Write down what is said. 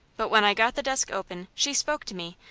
but when i got the desk open she spoke to me,